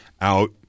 out